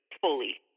fully